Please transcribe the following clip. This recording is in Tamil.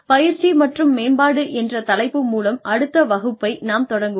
பயிற்சி மற்றும் மேம்பாடு என்ற தலைப்பு மூலம் அடுத்த வகுப்பை நாம் தொடங்குவோம்